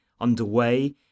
underway